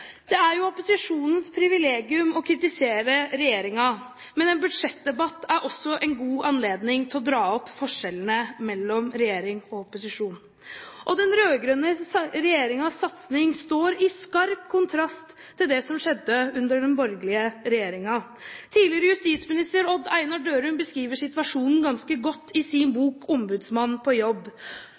Det er jo opposisjonens privilegium å kritisere regjeringen, men en budsjettdebatt er også en god anledning til å dra opp forskjellene mellom regjering og opposisjon. Den rød-grønne regjeringens satsing står i skarp kontrast til det som skjedde under den borgerlige regjeringen. Tidligere justisminister Odd Einar Dørum beskriver situasjonen ganske godt i sin bok, Ombudsmann på jobb: